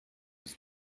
his